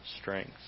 strength